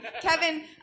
Kevin